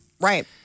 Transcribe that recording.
Right